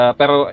pero